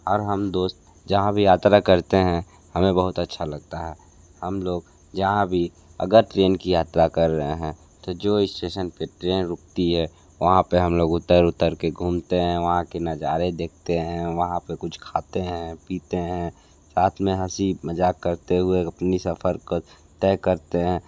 और हम दोस्त जहाँ भी यात्रा करते हैं हमें बहुत अच्छा लगता है हम लोग जहान भी अगर ट्रेन की यात्रा कर रहे हैं तो जो स्टेशन पर ट्रेन रुकती है वहाँ पर हम लोग उतर उतर के घूमते हैं वहाँ के नज़ारे दिखते हैं वहाँ पर कुछ खाते हैं पीते हैं साथ में हंसी मज़ाक करते हुए अपने सफ़र को तय करते हैं